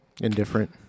Indifferent